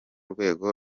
rwego